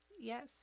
Yes